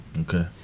Okay